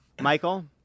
Michael